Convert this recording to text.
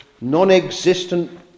non-existent